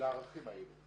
לערכים האלה.